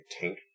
tank